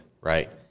right